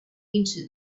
into